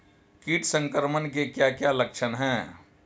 कीट संक्रमण के क्या क्या लक्षण हैं?